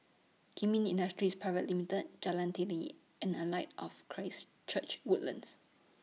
Kemin Industries Pte Ltd Jalan Teliti and A Light of Christ Church Woodlands